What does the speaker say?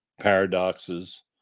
paradoxes